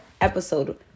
episode